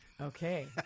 Okay